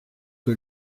que